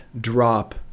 drop